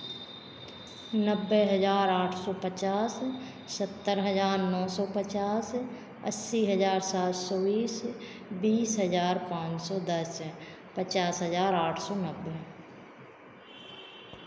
नब्बे हज़ार आठ सौ पचास सत्तर हज़ार नौ सौ पचास अस्सी हज़ार सात सौ बीस बीस हज़ार पांच सौ दस है पचास हज़ार आठ सौ नब्बे